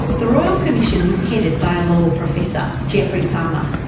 the royal commission was headed by a law professor, geoffrey palmer.